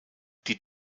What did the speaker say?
die